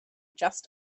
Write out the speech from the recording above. just